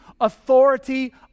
authority